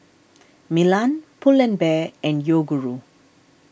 Milan Pull and Bear and Yoguru